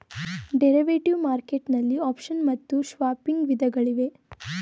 derivative market ನಲ್ಲಿ option ಮತ್ತು swapping ವಿಧಗಳಿವೆ